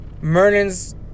Merlin's